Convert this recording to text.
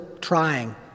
trying